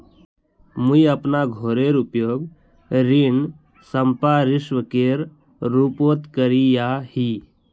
मुई अपना घोरेर उपयोग ऋण संपार्श्विकेर रुपोत करिया ही